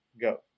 go